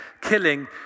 killing